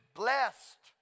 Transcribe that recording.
blessed